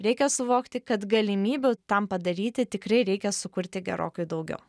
reikia suvokti kad galimybių tam padaryti tikrai reikia sukurti gerokai daugiau